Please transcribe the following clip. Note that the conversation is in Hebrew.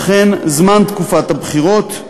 וכן לזמן תקופת הבחירות.